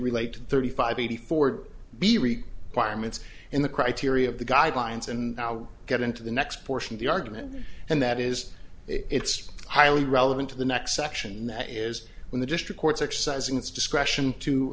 relate to thirty five eighty four be read fireman's in the criteria of the guidelines and now get into the next portion of the argument and that is it's highly relevant to the next section that is when the district courts exercising its discretion to